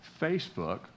Facebook